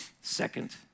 second